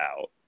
out